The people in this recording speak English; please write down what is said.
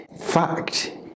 Fact